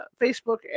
Facebook